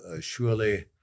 surely